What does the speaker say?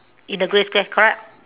in the grey square correct